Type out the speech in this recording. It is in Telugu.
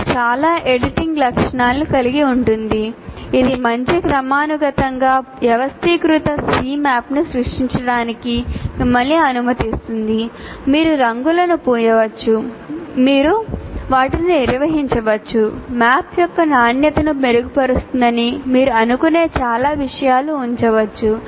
ఇది చాలా ఎడిటింగ్ లక్షణాలను కలిగి ఉంది ఇది మంచి క్రమానుగతంగా వ్యవస్థీకృత Cmap ని సృష్టించడానికి మిమ్మల్ని అనుమతిస్తుంది మీరు రంగులను పూయవచ్చు మీరు వాటిని నిర్వహించవచ్చు మ్యాప్ యొక్క నాణ్యతను మెరుగుపరుస్తుందని మీరు అనుకునే చాలా విషయాలు ఉంచవచ్చు